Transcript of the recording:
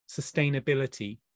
sustainability